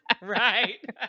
Right